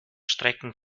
strecken